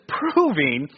proving